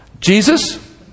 jesus